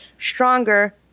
stronger